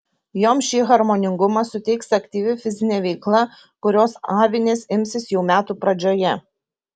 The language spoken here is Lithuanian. joms šį harmoningumą suteiks aktyvi fizinė veikla kurios avinės imsis jau metų pradžioje